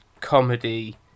comedy